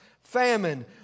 famine